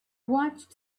watched